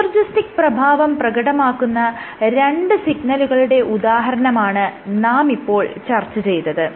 synergistic പ്രഭാവം പ്രകടമാക്കുന്ന രണ്ട് സിഗ്നലുകളുടെ ഉദാഹരണമാണ് നാം ഇപ്പോൾ ചർച്ച ചെയ്തത്